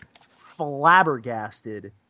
flabbergasted